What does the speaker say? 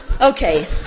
Okay